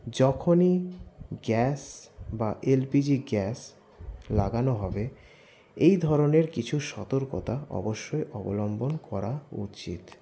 যখনই গ্যাস বা LPG gas লাগানো হবে এই ধরনের কিছু সতর্কতা অবশ্যই অবলম্বন করা উচিত